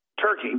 Turkey